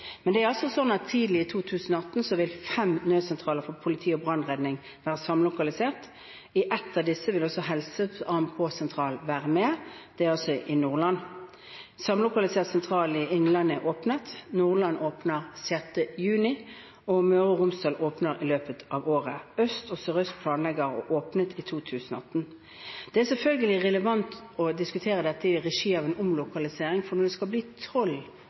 Men tidlig i 2018 vil altså fem nødsentraler for politi, brann og redning være samlokaliserte. I ett av disse vil også AMK-sentral være med, og det er i Nordland. Samlokalisert nødsentral i Innlandet er åpnet. Nordland åpner 6. juni, og Møre og Romsdal åpner i løpet av året. Øst og Sør-Øst planlegges åpnet i 2018. Det er selvfølgelig relevant å diskutere dette i forbindelse med en omlokalisering, for når det skal bli